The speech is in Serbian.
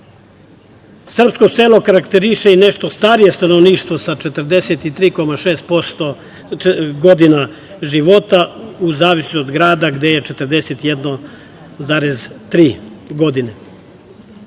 Srpsko selo karakteriše i nešto starije stanovništvo sa 43,6 godina života u zavisnosti od grada gde je 41,3 godine.